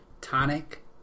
tonic